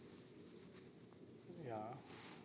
ya